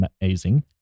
amazing